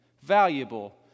valuable